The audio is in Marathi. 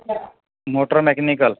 motor mechanical